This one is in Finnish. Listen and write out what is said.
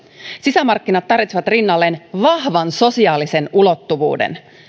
sisämarkkinat tarvitsevat rinnalleen vahvan sosiaalisen ulottuvuuden